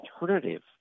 alternative